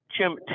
Jim